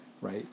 right